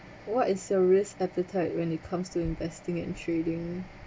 what is your risk appetite when it comes to investing and trading